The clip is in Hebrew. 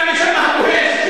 מותר לו לא